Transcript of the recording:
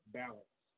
balance